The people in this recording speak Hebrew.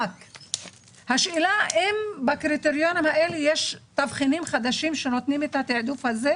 בעוד x שנים את תתחלפי,